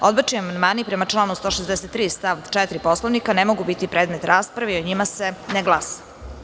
Odbačeni amandmani prema članu 163. stav 4. Poslovnika ne mogu biti predmet rasprave i o njima se ne glasa.